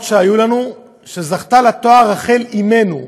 שהיו לנו שזכתה לתואר רחל "אמנו".